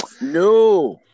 No